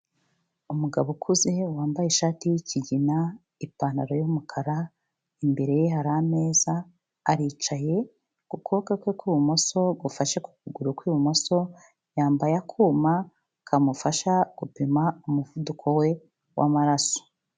Umugabo ukuze wambaye ishati y'ikigina, ipantaro y'umukara imbere ye hari ameza aricaye, ku kuboko kwe kw'ibumoso gufashe ku kuguru kw'ibumoso yambaye akuma kamufasha gupima umuvuduko we w'amaraso.